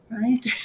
right